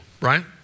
right